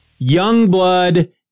Youngblood